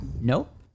Nope